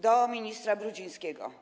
Do ministra Brudzińskiego.